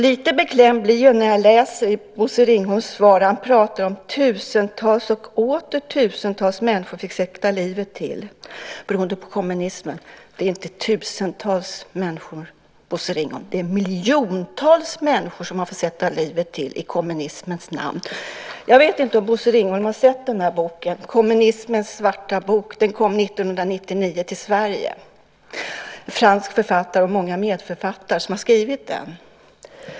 Lite beklämd blir jag när Bosse Ringholm i sitt svar pratade om att tusentals och åter tusentals människor fick sätta livet till beroende på kommunismen. Det är inte tusentals människor, Bosse Ringholm, det är miljontals människor som har fått sätta livet till i kommunismens namn. Jag vet inte om Bosse Ringholm har sett den här boken, Kommunismens svarta bok. Den kom 1999 till Sverige. Det är en fransk författare och många medförfattare som har skrivit den.